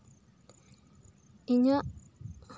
ᱤᱧᱟᱹᱜ